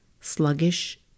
sluggish